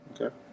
Okay